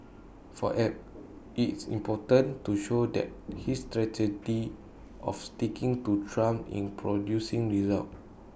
for Abe IT is important to show that his strategy of sticking to Trump in producing results